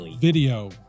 video